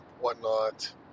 whatnot